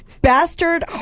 Bastard